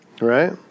right